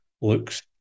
looks